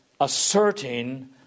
asserting